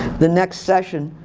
the next session,